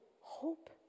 hope